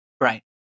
Right